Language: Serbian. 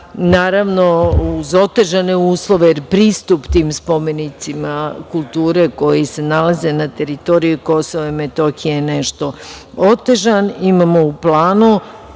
naravno uz otežane uslove, jer pristup tim spomenicima kulture koji se nalaze na teritoriji KiM je nešto otežano. Imamo u planu